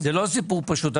זה לא סיפור פשוט.